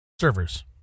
servers